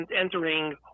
entering